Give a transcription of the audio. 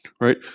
right